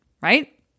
right